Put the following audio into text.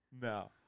No